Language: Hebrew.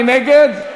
מי נגד?